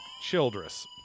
Childress